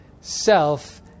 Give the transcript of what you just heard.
self